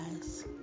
guys